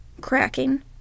cracking